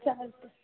चालते